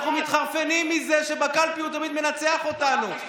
אנחנו מתחרפנים מזה שבקלפי הוא תמיד מנצח אותנו,